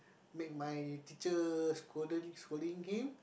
make my teacher scolded scolding him